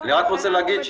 אני רק רוצה להגיד,